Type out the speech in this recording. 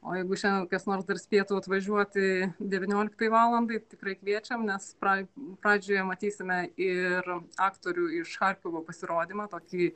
o jeigu šiandien kas nors dar spėtų atvažiuoti devynioliktai valandai tikrai kviečiam nes pra pradžioje matysime ir aktorių iš charkovo pasirodymą tokį